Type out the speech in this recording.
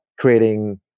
creating